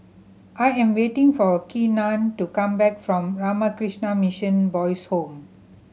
I am waiting for Keenen to come back from Ramakrishna Mission Boys' Home